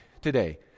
today